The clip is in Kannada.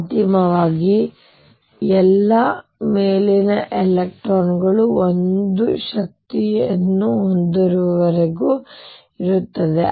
ಅಂತಿಮವಾಗಿ ಎಲ್ಲಾ ಮೇಲಿನ ಎಲೆಕ್ಟ್ರಾನ್ಗಳು ಒಂದೇ ಶಕ್ತಿಯನ್ನು ಹೊಂದುವವರೆಗೆ ಇರುತ್ತದೆ